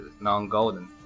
non-golden